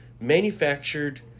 manufactured